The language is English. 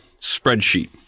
spreadsheet